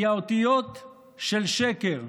כי האותיות של שקר,